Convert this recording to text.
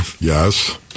Yes